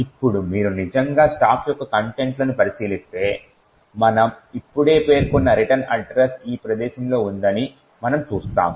ఇప్పుడు మీరు నిజంగా స్టాక్ యొక్క కంటెంట్ లను పరిశీలిస్తే మనము ఇప్పుడే పేర్కొన్న రిటర్న్ అడ్రస్ ఈ ప్రదేశంలో ఉందని మనము చూస్తాము